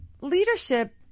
leadership